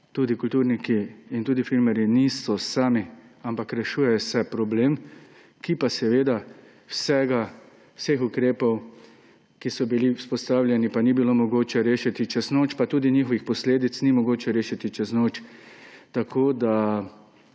tudi kulturniki in tudi filmarji niso sami, ampak se rešuje problem. Seveda pa vsega, vseh ukrepov, ki so bili izpostavljeni, pa ni bilo mogoče rešiti čez noč pa tudi njihovih posledic ni mogoče rešiti čez noč. Tako je